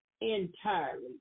entirely